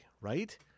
right